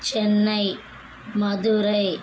Chennai Madurai